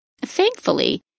Thankfully